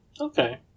Okay